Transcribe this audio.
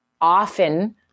often